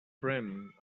brim